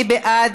מי בעד?